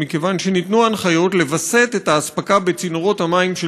מכיוון שניתנו הנחיות לווסת את האספקה בצינורות המים של